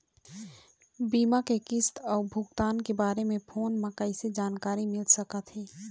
बीमा के किस्त अऊ भुगतान के बारे मे फोन म कइसे जानकारी मिल सकत हे?